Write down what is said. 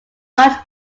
large